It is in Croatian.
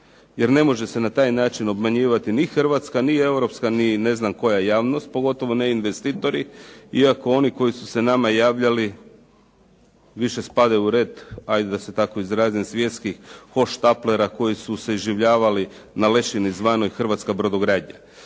jer ne može se na taj način obmanjivati ni hrvatska, ni europska, ni ne znam koja javnost, pogotovo ne investitori. Iako oni koji su se nama javljali više spadaju u red hajde da se tako izrazim svjetskih hoh štaplera koji su se iživljavali na lešini zvanoj hrvatska brodogradnja.